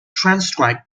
transcribed